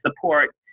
support